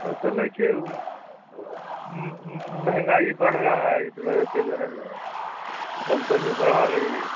اصل ہے کہ مہنگائی بڑھ رہا ہے اس وجہ سے جو ہے نا کمپنی بڑھا رہی ہے